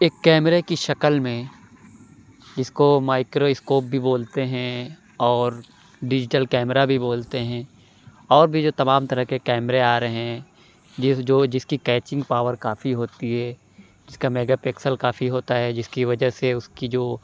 ایک کیمرے کی شکل میں جس کو مائیکرو اسکوپ بھی بولتے ہیں اور ڈیجیٹل کیمرہ بھی بولتے ہیں اور بھی جو تمام طرح کے کیمرے آ رہے ہیں جس جو جس کی کیچنگ پاؤر کافی ہوتی ہے جس کا میگا پکسل کافی ہوتا ہے جس کہ وجہ سے اُس کی جو